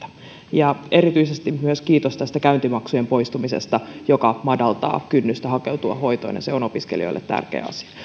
ja erityisesti myös kiitos tästä käyntimaksujen poistumisesta joka madaltaa kynnystä hakeutua hoitoon se on opiskelijoille tärkeä asia